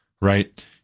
Right